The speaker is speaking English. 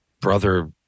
brother